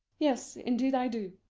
yes, indeed i do.